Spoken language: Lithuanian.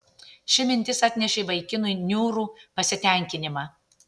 ši mintis atnešė vaikinui niūrų pasitenkinimą